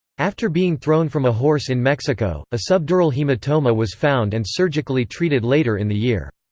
after being thrown from a horse in mexico, a subdural hematoma was found and surgically treated later in the year.